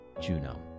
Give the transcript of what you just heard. Juno